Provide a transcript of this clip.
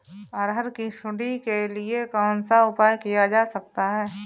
अरहर की सुंडी के लिए कौन सा उपाय किया जा सकता है?